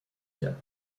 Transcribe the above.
کرد